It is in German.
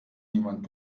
niemand